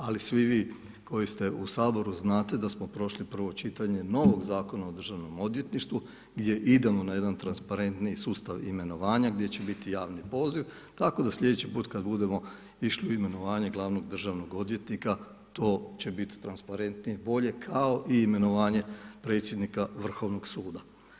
Ali svi vi koji ste u Saboru znate da smo prošli prvo čitanje novog Zakona o državnom odvjetništvu gdje idemo na jedan transparentniji sustav imenovanja gdje će biti javni poziv, tako da slijedeći put kad budemo išli u imenovanje glavnog državnog odvjetnika, to će biti transparentnije i bolje kao i imenovanje predsjednika Vrhovnog suda.